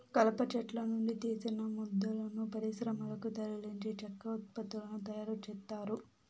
కలప చెట్ల నుండి తీసిన మొద్దులను పరిశ్రమలకు తరలించి చెక్క ఉత్పత్తులను తయారు చేత్తారు